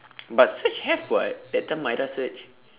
but search have [what] that time mairah search